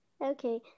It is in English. Okay